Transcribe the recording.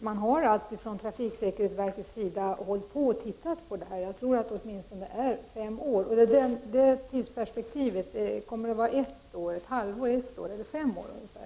Herr talman! Man har från trafiksäkerhetsverkets sida studerat detta i åtminstone fem år. Jag undrar över tidsperspektivet — kommer det att ta ett halvår, ett år eller fem år ungefär?